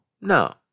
No